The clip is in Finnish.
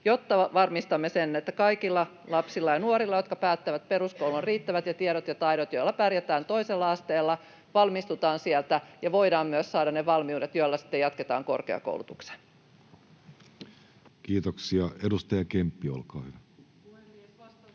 jotta varmistamme sen, että kaikilla lapsilla ja nuorilla, jotka päättävät peruskoulun, on riittävät tiedot ja taidot, joilla pärjätään toisella asteella, valmistutaan sieltä ja voidaan saada myös ne valmiudet, joilla sitten jatketaan korkeakoulutukseen. [Speech 131] Speaker: